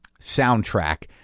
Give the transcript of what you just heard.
soundtrack